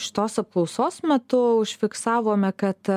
šitos apklausos metu užfiksavome kad